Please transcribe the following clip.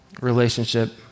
relationship